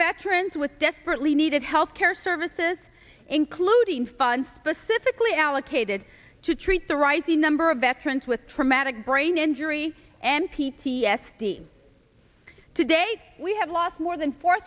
veterans with desperately needed health care services including fun specifically allocated to treat the rising number of veterans with traumatic brain injury and p t s d today we have lost more than four